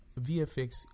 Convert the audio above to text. vfx